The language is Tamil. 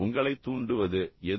உங்களைத் தூண்டுவது எது